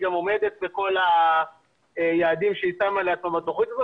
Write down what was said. היא גם עומדת בכל היעדים שהיא שמה לעצמה בתוכנית הזאת.